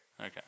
Okay